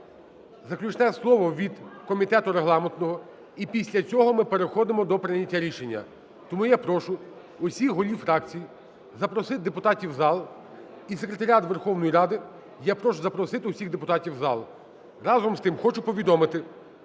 заключне слово від комітету регламентного, і після цього ми переходимо до прийняття рішення. Тому я прошу усіх голів фракцій запросити депутатів в зал і секретаріат Верховної Ради я прошу запросити всіх депутатів в зал. Разом з тим хочу повідомити,